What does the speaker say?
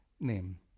name